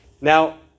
Now